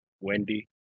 Wendy